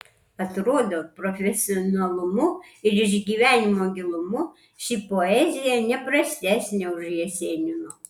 atrodo profesionalumu ir išgyvenimo gilumu ši poezija ne prastesnė už jesenino